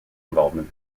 involvement